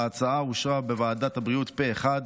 ההצעה אושרה בוועדת הבריאות פה אחד,